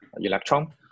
electron